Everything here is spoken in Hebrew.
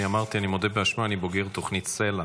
אני אמרתי, אני מודה באשמה, אני בוגר תוכנית סל"ע,